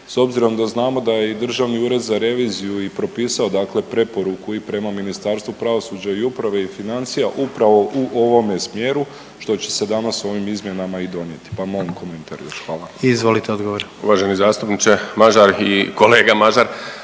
s obzirom da znamo da je i Državni ured za reviziju i propisao dakle preporuku i prema Ministarstvu pravosuđa i uprave i financija upravo u ovome smjeru što će se danas ovim izmjenama i donijeti, pa molim komentar još. Hvala. **Jandroković,